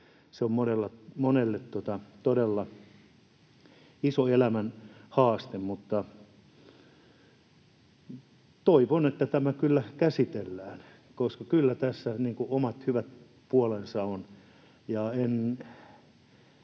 Se on monelle todella iso elämän haaste. Toivon, että tämä käsitellään, koska kyllä tässä omat hyvät puolensa on.